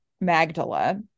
Magdala